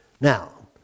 Now